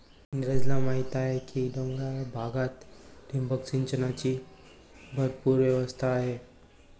नीरजला माहीत आहे की डोंगराळ भागात ठिबक सिंचनाची भरपूर व्यवस्था आहे